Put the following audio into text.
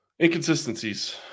inconsistencies